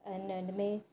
इन्हनि में